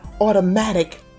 automatic